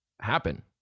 happen